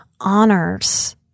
honors